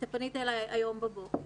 פנית אלי היום בבוקר.